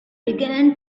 began